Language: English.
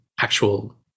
actual